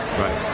Right